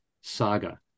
saga